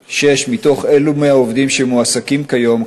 6. מהעובדים שמועסקים כיום,